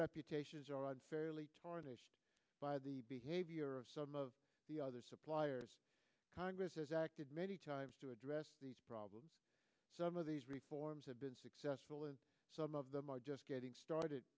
reputations are unfairly by the behavior of some of the other suppliers congress has acted many times to address these problems some of these reforms have been successful and some of them are just getting started